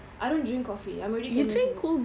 I don't drink coffee I'm already cannot drink